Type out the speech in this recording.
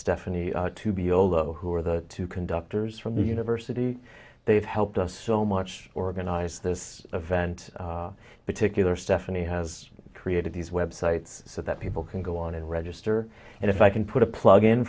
stephanie two below who are the two conductors from the university they've helped us so much organize this event particular stephanie has created these web sites so that people can go on and register and if i can put a plug in